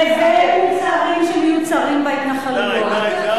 לבין מוצרים שמיוצרים בהתנחלויות.